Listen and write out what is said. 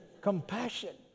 Compassion